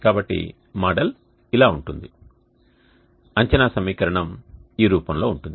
కాబట్టి మోడల్ ఇలా ఉంటుంది అంచనా సమీకరణం ఈ రూపం లో ఉంటుంది